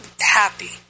happy